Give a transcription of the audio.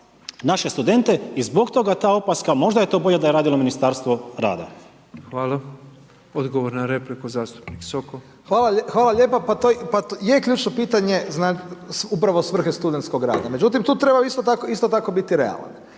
naše studente i zbog toga ta opaska možda je to bolje da je radilo Ministarstvo rada. **Petrov, Božo (MOST)** Hvala. Odgovor na repliku zastupnik Sokol. **Sokol, Tomislav (HDZ)** Hvala lijepa. Pa to, i je ključno pitanje upravo svrhe studentskog rada. Međutim, tu treba isto tako biti realan.